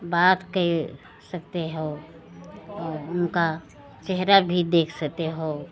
बात कर सकते हो और उनका चेहरा भी देख सकते हो